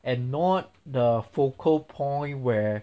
and not the focal point where